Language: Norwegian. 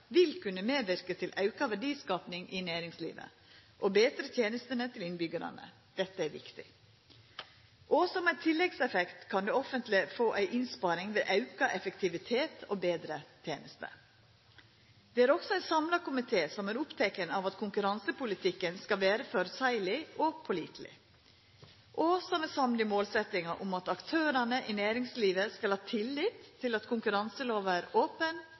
vil kunna medverka til auka verdiskaping i næringslivet og betre tenester til innbyggjarane. Dette er viktig. Som ein tilleggseffekt kan det offentlege få ei innsparing ved auka effektivitet og betre tenester. Det er også ein samla komité som er oppteken av at konkurransepolitikken skal vera føreseieleg og påliteleg, og som er samd i målsetjinga om at aktørane i næringslivet skal ha tillit til at konkurranselova er open,